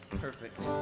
perfect